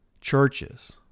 churches